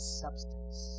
substance